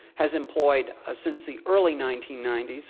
has employed ah since the early nineteen ninety s,